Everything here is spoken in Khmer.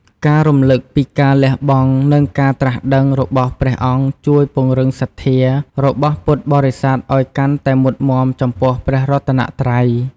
ការរំលឹកពីការលះបង់ និងការត្រាស់ដឹងរបស់ព្រះអង្គ ជួយពង្រឹងសទ្ធា របស់ពុទ្ធបរិស័ទឱ្យកាន់តែមុតមាំចំពោះព្រះរតនត្រ័យ។